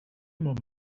more